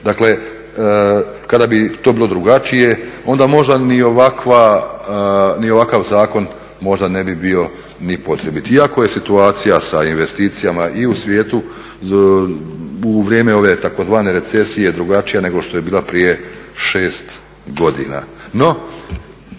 Dakle, kada bi to bilo drugačije, onda možda ni ovakav zakon možda ne bi bio ni potrebit. Iako je situacija sa investicijama i u svijetu u vrijeme ove tzv. recesije drugačija nego što je bila prije 6 godina.